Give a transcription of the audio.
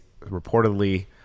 reportedly